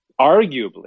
arguably